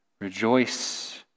Rejoice